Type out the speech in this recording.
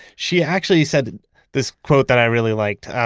she actually said this quote that i really liked,